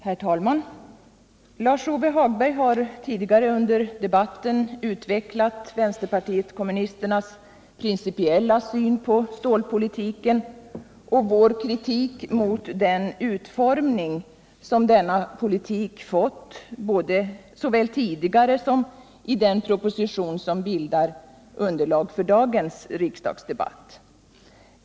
Herr talman! Lars-Ove Hagberg har tidigare under debatten utvecklat vänsterpartiet kommunisternas principiella syn på stålpolitiken och vår kritik mot den utformning som denna politik fått, såväl tidigare som i den proposition som bildar underlag för dagens riksdagsdebatt.